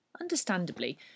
Understandably